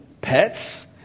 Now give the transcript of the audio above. Pets